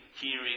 hearing